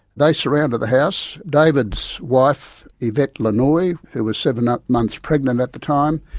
they surrounded the house. david's wife yvette lenoy, who was seven ah months pregnant at the time,